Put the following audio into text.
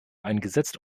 eingesetzt